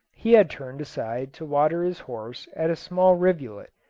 he had turned aside to water his horse at a small rivulet,